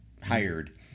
hired